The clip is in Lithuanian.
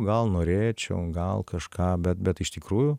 gal norėčiau gal kažką bet bet iš tikrųjų